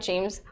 James